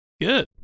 Good